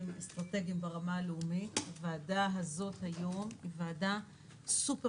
אסטרטגיים ברמה הלאומית הוועדה הזאת היום היא ועדה סופר